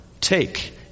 Take